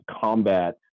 combat